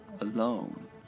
alone